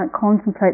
contemplate